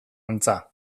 antza